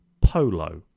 polo